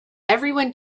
everyone